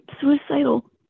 suicidal